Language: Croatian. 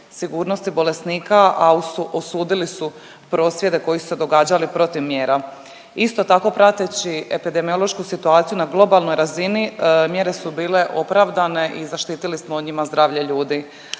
sigurnosti bolesnika, a osudili su prosvjede koji su se događali protiv mjera. Isto tako prateći epidemiološku situaciju na globalnoj razini mjere su bile opravdane i zaštitili smo njima zdravlje ljudi.